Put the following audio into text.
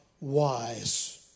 wise